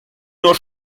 nur